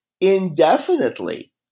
indefinitely